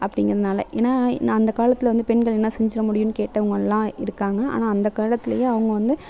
அப்படிங்கறதுனால ஏன்னால் ந அந்த காலத்தில் வந்து பெண்கள் என்ன செஞ்சுறமுடியும் கேட்டவங்களெலாம் இருக்காங்க ஆனால் அந்த காலத்திலயே அவங்க வந்து